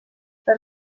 per